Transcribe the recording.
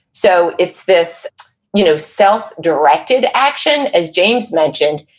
so, it's this you know self directed action. as james mentioned,